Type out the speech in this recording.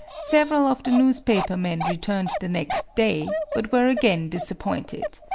several of the newspaper men returned the next day, but were again disappointed.